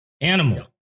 animal